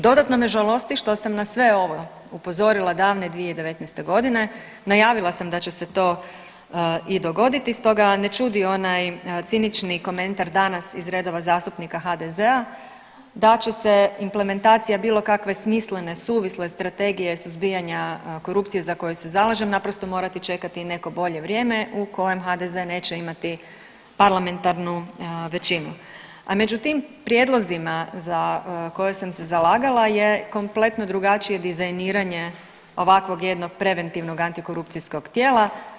Dodatno me žalosti što sam na sve ovo upozorila davne 2019.g., najavila sam da će se to i dogoditi, stoga ne čudi onaj cinični komentar danas iz redova zastupnika HDZ-a da će se implementacija bilo kakve smislene i suvisle strategije suzbijanja korupcije za koje se zalažem naprosto morati čekati neko bolje vrijeme u kojem HDZ neće imati parlamentarnu većinu, a među tim prijedlozima za koje sam se zalagala je kompletno drugačije dizajniranje ovakvog jednog preventivnog antikorupcijskog tijela.